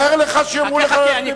חבר הכנסת, תאר לך שיאמרו לך ללכת מבית-אל.